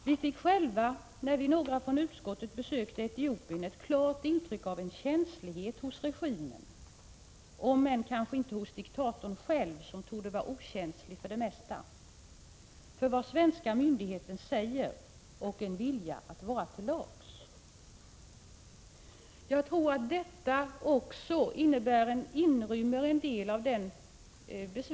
Vi fick själva när några från utskottet besökte Etiopien ett klart intryck av en känslighet hos regimen —-om än kanske inte hos diktatorn själv, som torde vara okänslig för det mesta— för vad svenska myndigheter säger och en vilja att vara till lags.